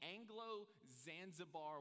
Anglo-Zanzibar